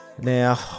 now